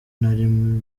nari